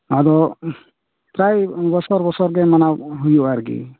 ᱱᱚᱣᱟᱫᱚ ᱯᱨᱟᱭ ᱵᱚᱪᱷᱚᱨ ᱵᱚᱪᱷᱚᱨ ᱜᱮ ᱢᱟᱱᱟᱣ ᱦᱩᱭᱩᱜ ᱟ ᱟᱨ ᱠᱤ